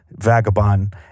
Vagabond